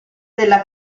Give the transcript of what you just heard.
della